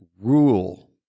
rule